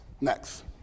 Next